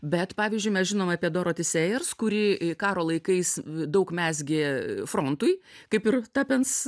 bet pavyzdžiui mes žinom apie doroti sejers kuri karo laikais daug mezgė frontui kaip ir tapenc